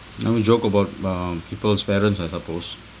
never we joke about um people's parents I suppose